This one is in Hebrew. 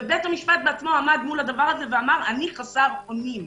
בית המשפט בעצמו עמד מול הדבר הזה ואמר: אני חסר אונים.